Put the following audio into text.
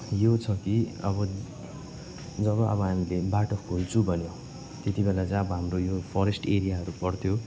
यो छ कि अब जब अब हामीले बाटो खोल्छु भन्यो त्यत्ति बेला चाहिँ अब हाम्रो यो फरेस्ट एरियाहरू पर्थ्यो